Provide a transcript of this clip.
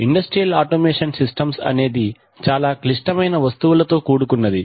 industrial automation systems అనేది చాలా క్లిష్టమైన వస్తువులుతో కూడుకున్నది